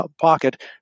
pocket